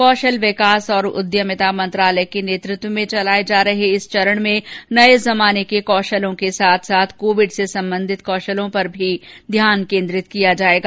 कौशल विकास और उद्यमिता मंत्रालय के नेतृत्व में चलाए जा रहे इस चरण में नए जमाने के कौशलों के साथ साथ कोविड से संबंधित कौशलों पर भी ध्यान केंद्रित किया जाएगा